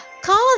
Call